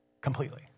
completely